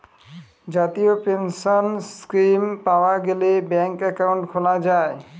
জাতীয় pension scheme পাওয়া গেলে ব্যাঙ্কে একাউন্ট খোলা যায়